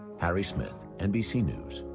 harry smith, nbc news,